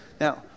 now